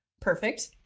Perfect